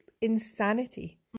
insanity